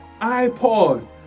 iPod